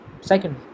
second